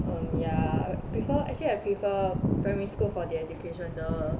um ya I prefer actually I prefer primary school for their education the